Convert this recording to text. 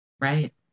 Right